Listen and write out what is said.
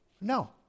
no